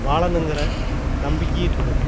வாழணுங்கிற நம்பிக்கையை கொடுக்கும்